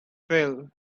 fell